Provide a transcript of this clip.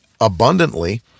abundantly